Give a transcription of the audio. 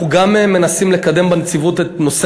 אנחנו גם מנסים לקדם בנציבות את נושא